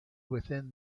within